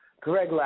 Greg